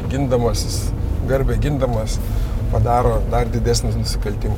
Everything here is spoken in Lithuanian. gindamasis garbę gindamas padaro dar didesnį nusikaltimą